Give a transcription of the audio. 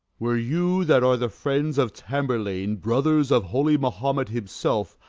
were you, that are the friends of tamburlaine, brothers of holy mahomet himself,